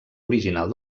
original